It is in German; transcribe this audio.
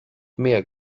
mehr